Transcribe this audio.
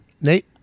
Nate